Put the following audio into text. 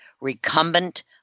recumbent